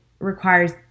requires